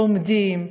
לומדים,